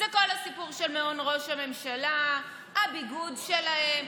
זה כל הסיפור של מעון ראש הממשלה, הביגוד שלהם.